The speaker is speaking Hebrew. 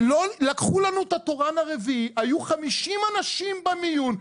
לקחו לנו את התורן הרביעי, היו 50 אנשים במיון'.